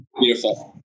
Beautiful